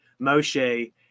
Moshe